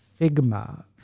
Figma